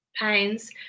pains